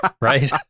Right